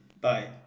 Bye